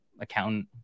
accountant